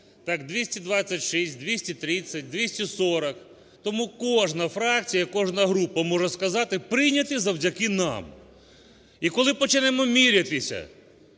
так 226, 230, 240. Тому кожна фракція і кожна група може сказати: "Прийнятий завдяки нам". І коли почнемо мірятися,